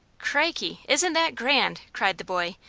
crickey, isn't that grand! cried the boy,